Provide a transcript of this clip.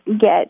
get